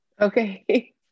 Okay